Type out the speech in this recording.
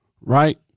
right